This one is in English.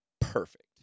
perfect